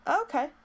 Okay